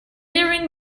nearing